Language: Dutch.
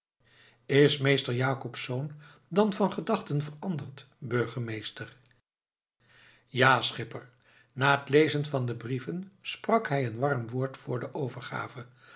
is meester jacobsz dan van gedachten veranderd burgemeester ja schipper na het lezen van de brieven sprak hij een warm woord voor de overgave